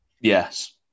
Yes